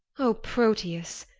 o proteus,